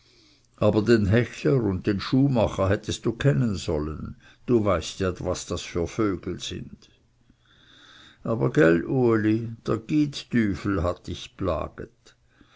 aber den hechler und den schuhmacher hättest du kennen sollen du weißt ja was das für vögel sind aber gell uli dr gyttüfel hat dich plaget